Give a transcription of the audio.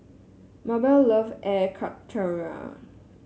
Mabell love Air Karthira